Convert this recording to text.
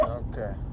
okay